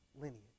lineage